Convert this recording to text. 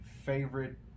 favorite